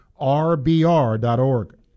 rbr.org